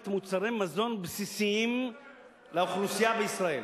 מוצרי מזון בסיסיים לאוכלוסייה בישראל.